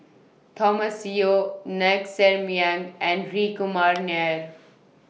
Thomas Yeo Ng Ser Miang and Hri Kumar Nair